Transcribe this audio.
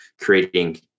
creating